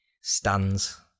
stands